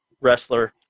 wrestler